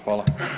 Hvala.